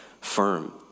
firm